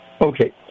Okay